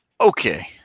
Okay